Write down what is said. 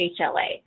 HLA